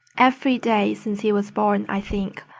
every day since he was born, i think.